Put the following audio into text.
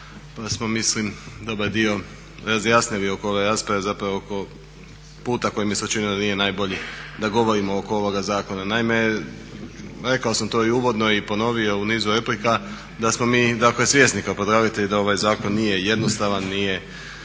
pa smo mislim dobar dio razjasnili oko ove rasprave, zapravo oko puta koji mi se učinio da nije najbolji da govorimo oko ovoga zakona. Naime, rekao sam to i uvodno i ponovio u nizu replika da smo mi dakle svjesni kao predlagatelji da ovaj zakon nije jednostavan, nije